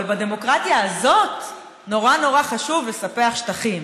אבל בדמוקרטיה הזאת נורא נורא חשוב לספח שטחים.